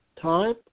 time